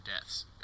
deaths